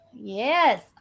Yes